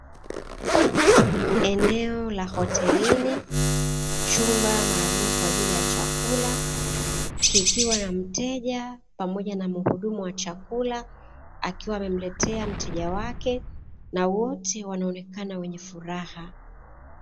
Eneo la hotelini chumba maalumu kwa ajili ya chakula kikiwa na mteja pamoja na muhudumu wa chakula, akiwa amemletea mteja wake na wote wanaonekana wenye furaha.